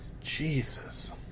Jesus